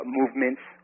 movements